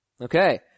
Okay